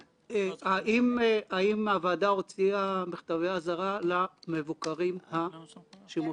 הכוונה המקורית שלי הייתה להמשיך את זה לתהליך של מסקנות אישיות.